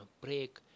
break